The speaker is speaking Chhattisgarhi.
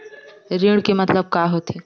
ऋण के मतलब का होथे?